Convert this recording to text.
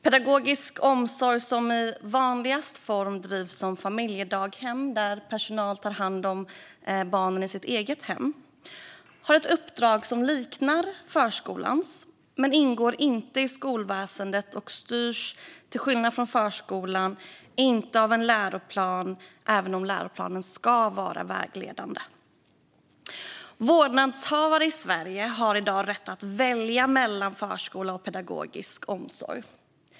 Pedagogisk omsorg - som i den vanligaste formen bedrivs som familjedaghem där personal tar hand om barnen i sitt eget hem - har ett uppdrag som liknar förskolans. Men den ingår inte i skolväsendet och styrs inte, till skillnad från förskolan, av en läroplan, även om läroplanen ska vara vägledande. Stärkt kvalitet och likvärdighet i peda-gogisk omsorg Vårdnadshavare i Sverige har i dag rätt att välja mellan förskola och pedagogisk omsorg.